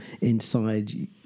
inside